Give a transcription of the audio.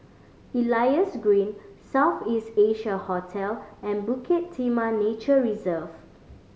Elias Green South East Asia Hotel and Bukit Timah Nature Reserve